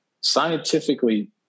scientifically